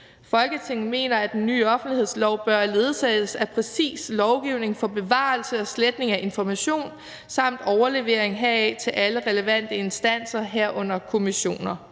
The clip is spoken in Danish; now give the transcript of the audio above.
Folketinget mener, at en ny offentlighedslov bør ledsages af præcise og bindende regler for bevarelse og sletning af information samt overlevering heraf til alle relevante instanser, herunder kommissioner.